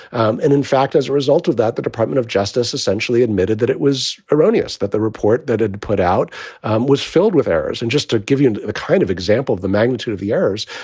and in fact, as a result of that, the department of justice essentially admitted that it was erroneous, that the report that had put out was filled with errors. and just to give you and the kind of example of the magnitude of the errors,